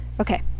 Okay